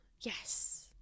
yes